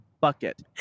bucket